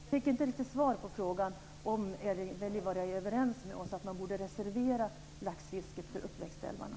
Herr talman! Jag fick inte riktigt svar på frågan om Erling Wälivaara är överens med oss om att man borde reservera laxfisket för uppväxtälvarna.